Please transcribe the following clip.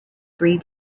three